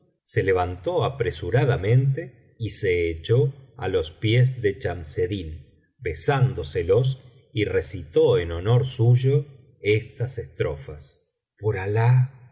se levantó apresuradamente y se echó á los píes de chamseddin besándoselos y recitó en honor suyo estas estrofas por alah